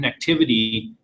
connectivity